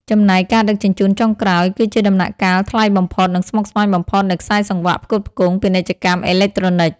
ចំណែកការដឹកជញ្ជូនចុងក្រោយ គឺជាដំណាក់កាលថ្លៃបំផុត និងស្មុគស្មាញបំផុតនៃខ្សែសង្វាក់ផ្គត់ផ្គង់ ពាណិជ្ជកម្មអេឡិចត្រូនិក ។